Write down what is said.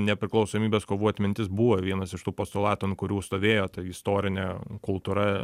nepriklausomybės kovų atmintis buvo vienas iš tų postulatų ant kurių stovėjo ta istorinė kultūra